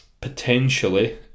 potentially